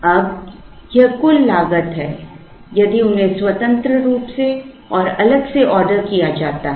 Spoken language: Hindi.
अब यह कुल लागत है यदि उन्हें स्वतंत्र रूप से और अलग से ऑर्डर किया जाता है